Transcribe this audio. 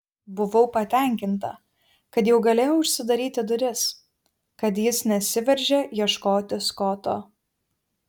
buvau patenkinta kad jau galėjau užsidaryti duris kad jis nesiveržė ieškoti skoto